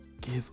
give